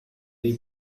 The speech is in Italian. dei